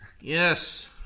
Yes